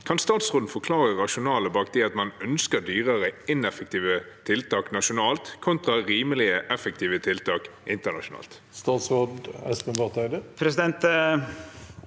Kan statsråden forklare rasjonalet bak det at man ønsker dyrere, ineffektive tiltak nasjonalt kontra rimelige, effektive tiltak internasjonalt?» Statsråd Espen Barth Eide